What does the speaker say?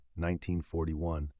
1941